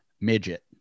midget